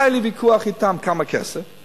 היה לי ויכוח אתם כמה כסף.